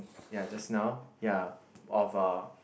ya just now ya of a